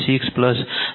34 j XC છે